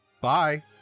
bye